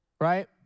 right